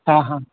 હા હા